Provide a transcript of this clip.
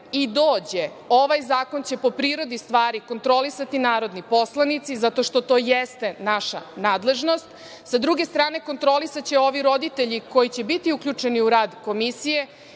i dođe, ovaj zakon će po prirodi stvari kontrolisati narodni poslanici zato što to jeste naša nadležnost. S druge strane, kontrolisaće ovi roditelji koji će biti uključeni u rad Komisije.